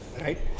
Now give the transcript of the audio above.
right